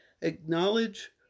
Acknowledge